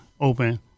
open